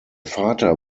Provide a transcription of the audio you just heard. vater